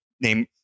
name